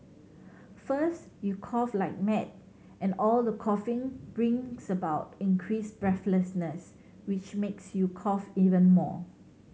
first you cough like mad and all the coughing brings about increased breathlessness which makes you cough even more